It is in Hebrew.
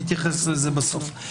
נתייחס לזה בסוף.